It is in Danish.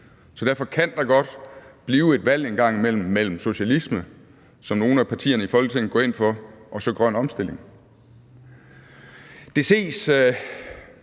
så derfor kan der godt en gang imellem blive et valg mellem socialisme, som nogle af partierne i Folketinget går ind for, og så grøn omstilling.